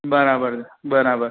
બરાબર છે બરાબર